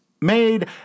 made